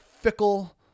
fickle